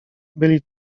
byli